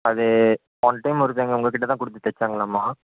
அது போன டைம் ஒருத்தவங்க உங்கள் கிட்ட தான் கொடுத்து தச்சாங்களாமா